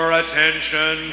attention